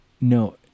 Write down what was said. no